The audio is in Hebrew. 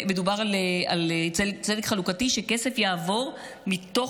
מדובר על צדק חלוקתי שבו כסף יעבור מתוך